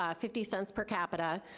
ah fifty cents per capita,